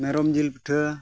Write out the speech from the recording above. ᱢᱮᱨᱚᱢ ᱡᱤᱞ ᱯᱤᱴᱷᱟᱹ